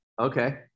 Okay